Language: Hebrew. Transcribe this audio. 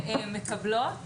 שהן מקבלות